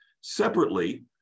Separately